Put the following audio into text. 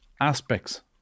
aspects